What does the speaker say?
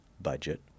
budget